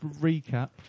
recap